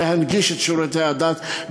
להנגיש את שירותי הדת,